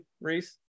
Reese